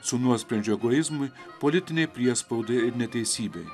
su nuosprendžiu egoizmui politinei priespaudai ir neteisybei